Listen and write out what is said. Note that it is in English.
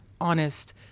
honest